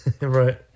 Right